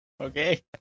Okay